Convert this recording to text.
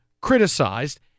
criticized